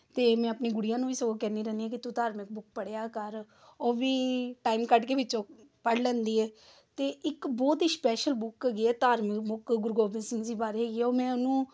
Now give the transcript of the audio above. ਅਤੇ ਮੈਂ ਆਪਣੀ ਗੁਡੀਆ ਨੂੰ ਵੀ ਸਗੋ ਕਹਿੰਦੀ ਰਹਿੰਦੀ ਹਾਂ ਕਿ ਤੂੰ ਧਾਰਮਿਕ ਬੁੱਕ ਪੜ੍ਹਿਆ ਕਰ ਉਹ ਵੀ ਟਾਈਮ ਕੱਢ ਕੇ ਵਿੱਚੋਂ ਪੜ੍ਹ ਲੈਂਦੀ ਹੈ ਅਤੇ ਇੱਕ ਬਹੁਤ ਹੀ ਸ਼ਪੈਸ਼ਲ ਬੁੱਕ ਹੈਗੀ ਹੈ ਧਾਰਮਿਕ ਬੁੱਕ ਗੁਰੂ ਗੋਬਿੰਦ ਸਿੰਘ ਜੀ ਬਾਰੇ ਜੋ ਮੈਂ ਉਹਨੂੰ